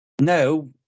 No